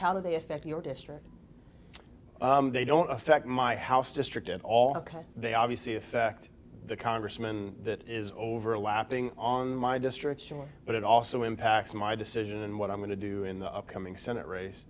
do they affect your district they don't affect my house district at all ok they obviously affect the congressman that is overlapping on my district but it also impacts my decision in what i'm going to do in the upcoming senate race